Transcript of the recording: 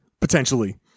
potentially